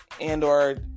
and/or